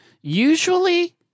Usually